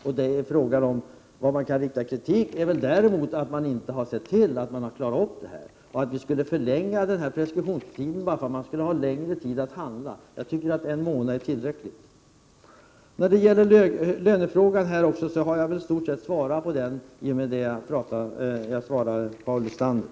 Vad som kan kritiseras är att de inte har klarat det. Jag tycker inte att vi skall förlänga preskriptionstiden bara därför att de skall ha mer tid för att handla. Jag tycker att en månad är tillräckligt. Frågan om löner har jag i stort sett svarat på i och med det jag sade till Paul Lestander.